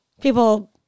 people